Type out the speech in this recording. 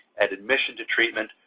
at admission to treatment,